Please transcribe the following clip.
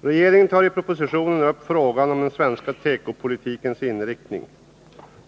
Regeringen tar i propositionen upp frågan om den svenska tekopolitikens Onsdagen den inriktning.